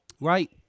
Right